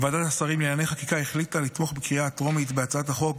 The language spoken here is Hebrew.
ועדת שרים לענייני חקיקה החליטה לתמוך בקריאה הטרומית בהצעת החוק,